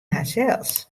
harsels